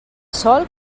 sol